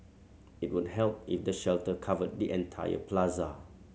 it would help if the shelter covered the entire plaza